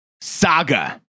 saga